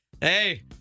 hey